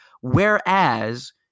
Whereas